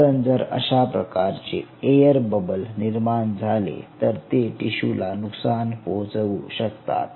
कारण जर अशा प्रकारचे एअर बबल निर्माण झाले तर ते टिशूला नुकसान पोहोचवू शकतात